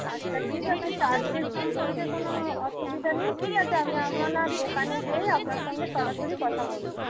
আচ্ছা ঠিক আছে চার্জের সম্পর্কে কোনো অসুবিধা নেই ঠিক আছে আমি আপনার দোকানে গিয়েই আপনার সঙ্গে সরাসরি কথা বলব